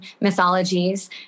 mythologies